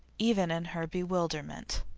even in her bewilderment.